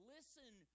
Listen